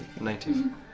Nineteen